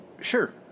sure